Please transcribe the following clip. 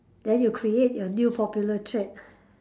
then you create your new popular trend